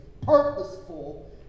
Purposeful